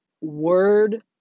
word